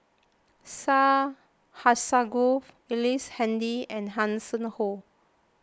Syed Alsagoff Ellice Handy and Hanson Ho